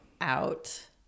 out